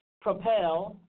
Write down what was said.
propel